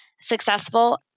successful